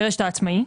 בחינוך העצמאי.